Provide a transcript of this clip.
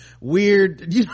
weird